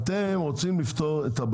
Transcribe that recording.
אתה טוען את זה אבל אתה לא הוכחת את זה.